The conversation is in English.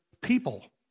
people